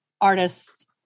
artists